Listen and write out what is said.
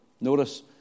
Notice